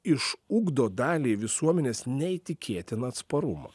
išugdo daliai visuomenės neįtikėtiną atsparumą